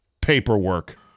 paperwork